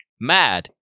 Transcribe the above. Mad